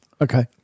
Okay